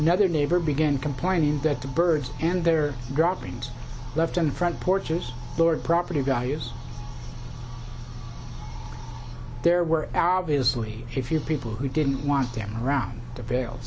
another neighbor began complaining that the birds and their droppings left in front porches floored property values there were obviously if you people who didn't want them around the veils